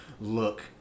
look